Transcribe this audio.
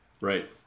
Right